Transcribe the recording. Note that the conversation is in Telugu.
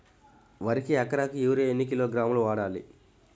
వరికి ఎకరాకు యూరియా ఎన్ని కిలోగ్రాములు వాడాలి?